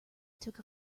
took